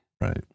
Right